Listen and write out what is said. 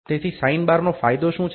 તેથી સાઇનબારનો ફાયદો શું છે